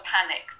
panic